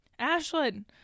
Ashlyn